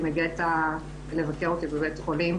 אני מתייעצת איתם בנושאים שקשורים למשפט ואני באמת מרגישה שהם יד ימיני.